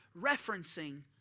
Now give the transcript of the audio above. referencing